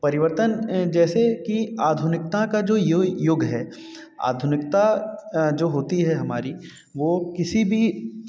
परिवर्तन जैसे कि आधुनिकता का जो युग है आधुनिकता जो होती है हमारी वो किसी भी